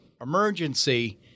emergency